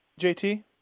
JT